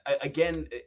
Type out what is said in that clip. again